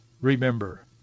remember